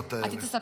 בשכונות האלה.